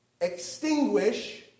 extinguish